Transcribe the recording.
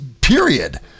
period